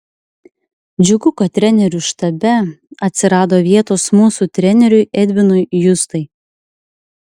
džiugu kad trenerių štabe atsirado vietos mūsų treneriui edvinui justai